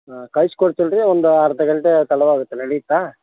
ಹಾಂ ಕಳ್ಸ್ಕೊಡ್ತೀನಿ ರೀ ಒಂದು ಅರ್ಧ ಗಂಟೆ ತಡವಾಗುತ್ತೆ ನಡೆಯುತ್ತಾ